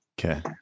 Okay